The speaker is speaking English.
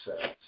says